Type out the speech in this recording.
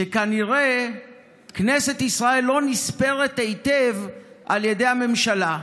שכנראה כנסת ישראל לא נספרת היטב על ידי הממשלה,